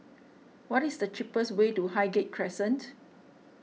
what is the cheapest way to Highgate Crescent